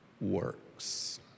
works